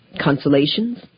Consolations